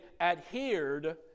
adhered